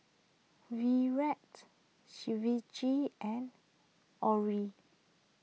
Virat Shivaji and Alluri